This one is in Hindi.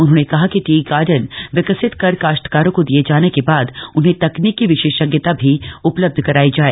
उन्होंने कहा कि टी गार्डन विकसित कर काश्तकारों को दिए जाने के बाद उन्हें तकनीकी विशेषज्ञता भी उपलब्ध करायी जाए